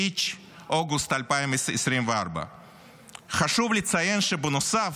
פיץ' אוגוסט 2024. חשוב לציין בנוסף,